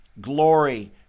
glory